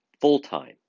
full-time